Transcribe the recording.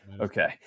okay